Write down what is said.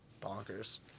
Bonkers